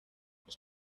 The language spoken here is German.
ich